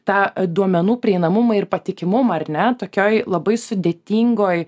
tą duomenų prieinamumą ir patikimumą ar ne tokioj labai sudėtingoj